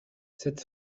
sept